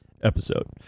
episode